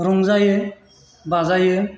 रंजायो बाजायो